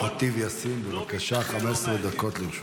לא מעניין.